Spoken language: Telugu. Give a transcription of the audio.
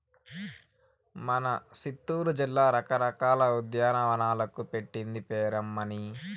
మన సిత్తూరు జిల్లా రకరకాల ఉద్యానవనాలకు పెట్టింది పేరమ్మన్నీ